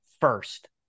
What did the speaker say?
first